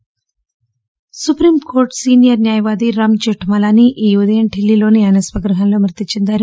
జర్మలానీ సుప్రీంకోర్లు సీనియర్ న్యాయవాది రాంజర్మ లానీ ఈ ఉదయం ఢిల్లీలోని ఆయన స్వగృహంలో మృతి చెందారు